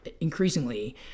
increasingly